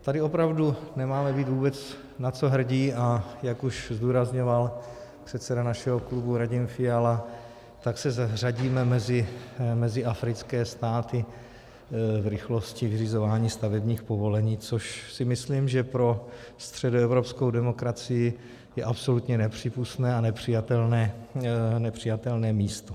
Tady opravdu nemáme být vůbec na co hrdí, a jak už zdůrazňoval předseda našeho klubu Radim Fiala, tak se zařadíme mezi africké státy v rychlosti vyřizování stavebních povolení, což si myslím, že pro středoevropskou demokracii je absolutně nepřípustné a nepřijatelné místo.